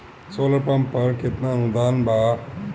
Solar pump पर केतना अनुदान बा?